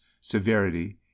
severity